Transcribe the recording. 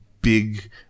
big